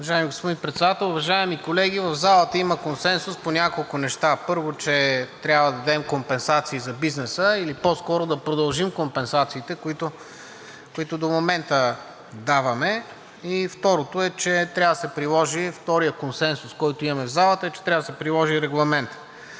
господин Председател, уважаеми колеги! В залата има консенсус по няколко неща. Първо, че трябва да дадем компенсации за бизнеса или по скоро да продължим компенсациите, които до момента даваме. Второто е, че трябва да се приложи – вторият консенсус, който имаме в залата, че трябва да се приложи Регламентът.